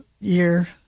year